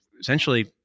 essentially